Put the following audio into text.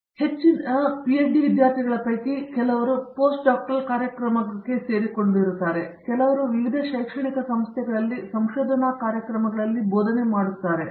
professor Rajesh Kumar ಮತ್ತು PhD ವಿದ್ಯಾರ್ಥಿಗಳ ಪೈಕಿ ಕೆಲವರು ಪೋಸ್ಟ್ ಡಾಕ್ಟರಲ್ ಕಾರ್ಯಕ್ರಮಗಳನ್ನು ಸೇರಿಕೊಂಡಿದ್ದಾರೆ ಮತ್ತು ಕೆಲವರು ವಿವಿಧ ಶೈಕ್ಷಣಿಕ ಸಂಸ್ಥೆಗಳಲ್ಲಿ ಸಂಶೋಧನಾ ಕಾರ್ಯಕ್ರಮಗಳಲ್ಲಿ ಬೋಧನೆ ಮಾಡಿದ್ದಾರೆ